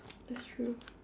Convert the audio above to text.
that's true